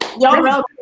Y'all